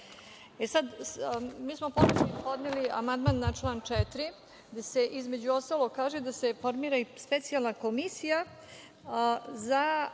dela. Mi smo podneli amandman na član 4. gde se, između ostalog, kaže da se formira i specijalna komisija koja